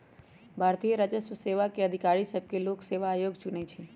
भारतीय राजस्व सेवा के अधिकारि सभके लोक सेवा आयोग चुनइ छइ